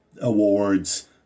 awards